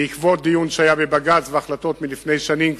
בעקבות דיון בבג"ץ והחלטות מלפני שנים,